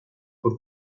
por